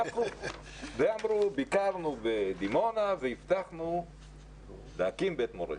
אמרו, ביקרנו בדימונה והבטחנו להקים בית מורשת.